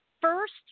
first